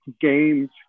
games